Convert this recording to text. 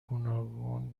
گوناگون